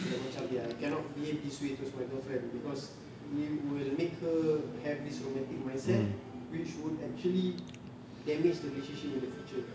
like macam eh I cannot behave this way towards my girlfriend cause it will make her have this romantic mindset which would actually damage the relationship in the future